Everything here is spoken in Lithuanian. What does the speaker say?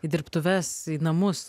į dirbtuves į namus